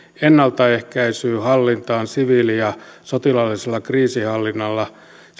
ennaltaehkäisyyn hallintaan siviili ja sotilaallisella kriisinhallinnalla